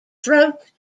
throat